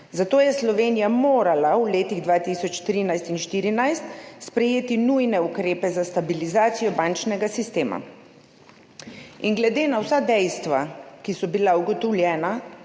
zato je Slovenija morala v letih 2013 in 2014 sprejeti nujne ukrepe za stabilizacijo bančnega sistema. Glede na vsa dejstva, ki so bila ugotovljena